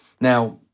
Now